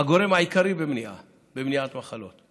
הגורם העיקרי במניעת מחלות.